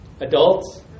Adults